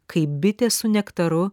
kaip bitė su nektaru